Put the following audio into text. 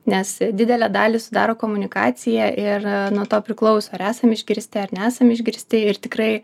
nes didelę dalį sudaro komunikacija ir nuo to priklauso ar esam išgirsti ar nesam išgirsti ir tikrai